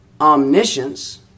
omniscience